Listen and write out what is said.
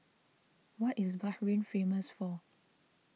what is Bahrain famous for